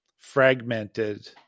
fragmented